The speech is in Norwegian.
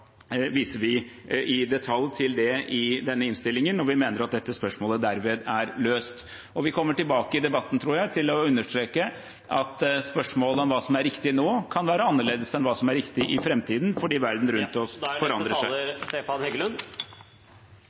viser vi i detalj til det i denne innstillingen, og vi mener at dette spørsmålet derved er løst. Vi kommer også senere i debatten, tror jeg, til å understreke at hva som er riktig nå, kan være annerledes enn hva som er riktig i framtiden, fordi verden rundt oss forandrer seg.